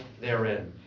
therein